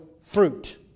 fruit